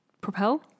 Propel